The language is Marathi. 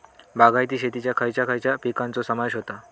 बागायती शेतात खयच्या खयच्या पिकांचो समावेश होता?